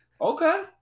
Okay